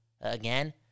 Again